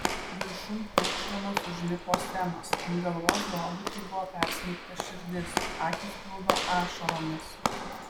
viršun pūkšdamas užlipo semas ant galvos hobitui būtų persmeigta širdis akys plūdo ašaromis